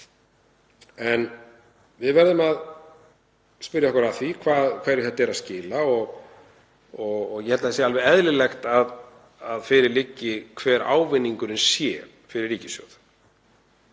En við verðum að spyrja okkur að því hverju þetta er að skila og ég held að það sé alveg eðlilegt að fyrir liggi hver ávinningurinn sé fyrir ríkissjóð.